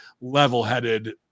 level-headed